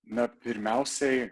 na pirmiausiai